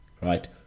right